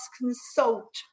consult